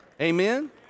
Amen